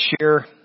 share